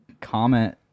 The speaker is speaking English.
comment